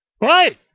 Right